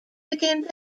became